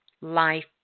life